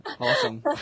Awesome